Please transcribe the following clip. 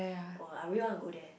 oh I really want to go there